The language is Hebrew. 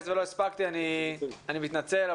הספקתי, אני מתנצל.